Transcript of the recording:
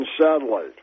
satellite